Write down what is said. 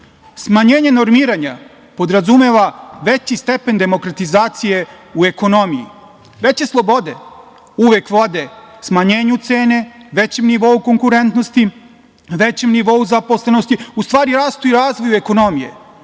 Smanjenje normiranja podrazumeva veći stepen demokratizacije u ekonomiji. Veće slobode uvek vode smanjenju cene, većem nivou konkurentnosti, većem nivou zaposlenosti, u stvari, rastu i razvoju ekonomije.